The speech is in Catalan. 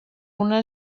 una